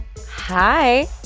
Hi